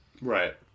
right